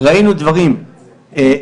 ראינו דברים קשים,